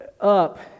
up